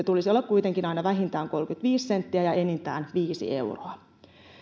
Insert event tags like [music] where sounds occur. [unintelligible] tulisi olla kuitenkin aina vähintään kolmekymmentäviisi senttiä ja enintään viisi euroa